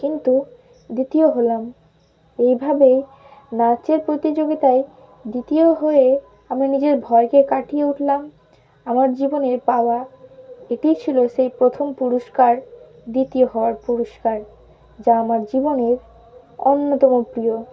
কিন্তু দ্বিতীয় হলাম এইভাবেই নাচের প্রতিযোগিতায় দ্বিতীয় হয়ে আমি নিজের ভয়কে কাটিয়ে উঠলাম আমার জীবনে পাওয়া এটি ছিল সেই প্রথম পুরস্কার দ্বিতীয় হওয়ার পুরস্কার যা আমার জীবনের অন্যতম প্রিয়